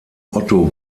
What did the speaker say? otto